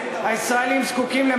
הישראלים לא זקוקים לחיבוקים.